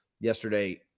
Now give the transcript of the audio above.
yesterday